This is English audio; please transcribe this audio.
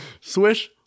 Swish